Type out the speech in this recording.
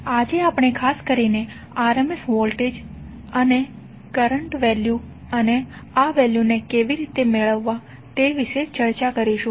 આજે આપણે ખાસ કરીને RMS વોલ્ટેજ અને કરંટ વેલ્યુ અને આ વેલ્યુ કેવી રીતે મેળવવા તે વિશે ચર્ચા કરીશું